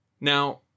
Now